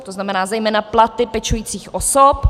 To znamená zejména platy pečujících osob.